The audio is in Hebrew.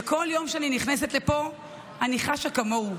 וכל יום שאני נכנסת לפה אני חשה כמוהו,